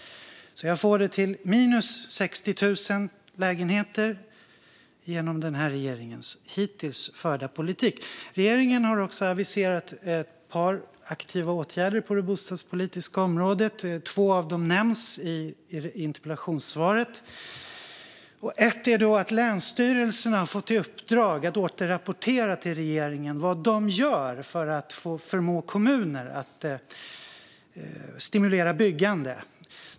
Jag får det till minus 60 000 lägenheter genom denna regerings hittills förda politik. Regeringen har också aviserat ett par aktiva åtgärder på det bostadspolitiska området; två av dem nämndes i interpellationssvaret. En åtgärd är att länsstyrelserna har fått i uppdrag att återrapportera till regeringen vad de gör för att förmå kommuner att stimulera byggande.